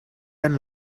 and